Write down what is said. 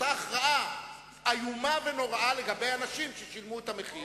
התקיימה הצבעה על-פי כל החוקים והכללים,